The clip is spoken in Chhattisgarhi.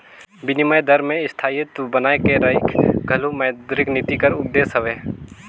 बिनिमय दर में स्थायित्व बनाए के रखई घलो मौद्रिक नीति कर उद्देस हवे